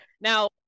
Now